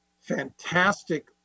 fantastic